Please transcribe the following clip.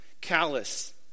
callous